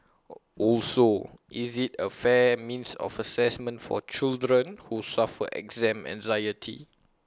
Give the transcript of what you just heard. also is't A fair means of Assessment for children who suffer exam anxiety